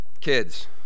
Kids